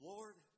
Lord